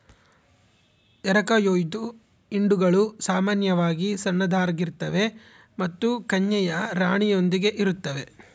ಎರಕಹೊಯ್ದ ಹಿಂಡುಗಳು ಸಾಮಾನ್ಯವಾಗಿ ಸಣ್ಣದಾಗಿರ್ತವೆ ಮತ್ತು ಕನ್ಯೆಯ ರಾಣಿಯೊಂದಿಗೆ ಇರುತ್ತವೆ